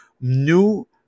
new